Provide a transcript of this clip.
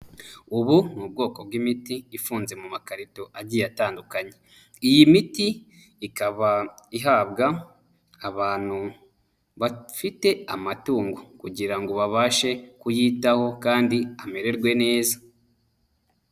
Ubu ni bwoko bw'imiti ifunze mu makarito agiye atandukanye, iyi miti ikaba ihabwa abantu bafite amatungo kugira ngo babashe kuyitaho kandi amererwe neza.